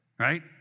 right